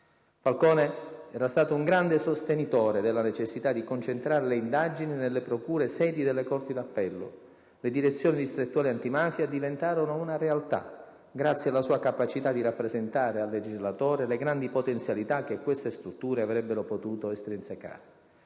Falcone era stato un grande sostenitore della necessità di concentrare le indagini nelle procure sedi delle corti d'appello; le Direzioni distrettuali antimafia diventarono una realtà grazie alla sua capacità di rappresentare al legislatore le grandi potenzialità che queste strutture avrebbero potuto estrinsecare.